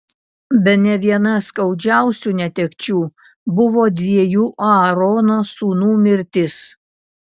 bene viena skaudžiausių netekčių buvo dviejų aarono sūnų mirtis